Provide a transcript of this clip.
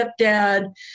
stepdad